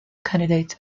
candidate